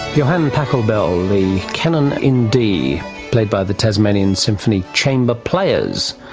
johann pachelbel, the canon in d played by the tasmanian symphony chamber players.